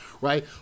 right